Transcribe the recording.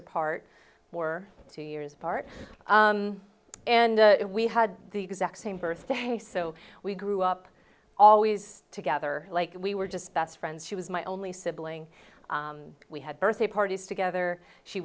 apart were two years apart and we had the exact same birthday so we grew up always together like we were just best friends she was my only sibling we had birthday parties together she